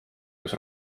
kus